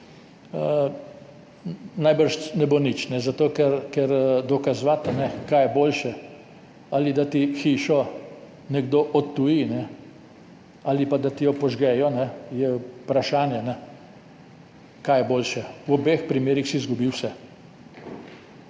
najbrž ne bo nič, zato ker dokazovati, kaj je boljše, da ti hišo nekdo odtuji ali pa da ti jo požgejo, je vprašanje, kaj je boljše. V obeh primerih si izgubil vse.